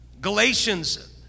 Galatians